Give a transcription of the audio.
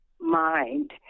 mind